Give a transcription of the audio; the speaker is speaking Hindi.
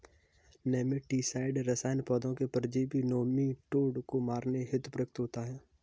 नेमेटीसाइड रसायन पौधों के परजीवी नोमीटोड को मारने हेतु प्रयुक्त होता है